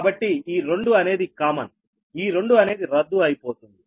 కాబట్టి ఈ రెండు అనేది కామన్ ఈ రెండు అనేది రద్దు అయిపోతుంది